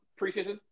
preseason